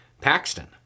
Paxton